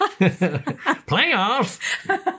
Playoffs